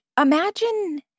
imagine